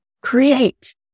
create